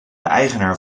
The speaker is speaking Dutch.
eigenaar